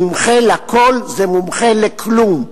מומחה לכול זה מומחה לכלום.